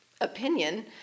opinion